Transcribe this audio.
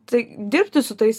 tai dirbti su tais